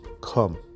Come